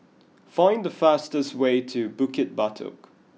find the fastest way to Bukit Batok